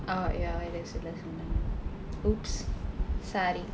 oh ya it is !oops! sorry